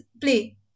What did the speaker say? play